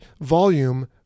volume